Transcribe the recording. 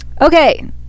Okay